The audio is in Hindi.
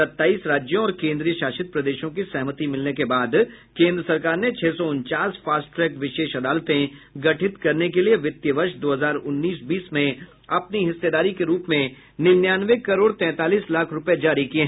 सत्ताईस राज्यों और केन्द्रीय शासित प्रदेशों की सहमति मिलने के बाद केन्द्र सरकार ने छह सौ उनचास फास्ट ट्रैक विशेष अदालतें गठित करने के लिए वित्त वर्ष दो हजार उन्नीस बीस में अपनी हिस्सेदारी के रूप में निन्यानवे करोड़ तैंतालीस लाख रुपये जारी किये